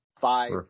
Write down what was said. five